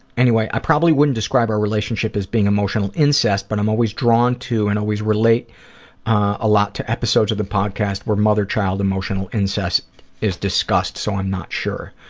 anyway. i probably wouldn't describe our relationship as being emotional incest, incest, but i'm always drawn to and always relate a lot to episodes of the podcast where mother-child emotional incest is discussed, so i'm not sure.